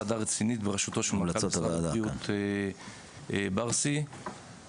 ועדה רצינית בראשותו של מנכ"ל משרד הבריאות ברסי (משה בר סימן טוב).